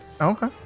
Okay